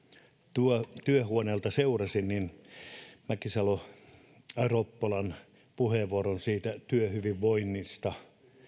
tuolta työhuoneelta seurasin erityisesti nostan mäkisalo ropposen puheenvuoron siitä työhyvinvoinnista